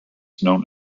known